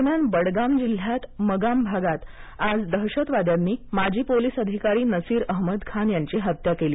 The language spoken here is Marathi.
दरम्यान बडगाम जिल्ह्याच्या मगाम भागात आज दहशतवाद्यांनी माजी पोलीस अधिकारी नसीर अहमद खान यांची हत्या केली